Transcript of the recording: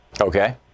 Okay